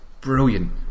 brilliant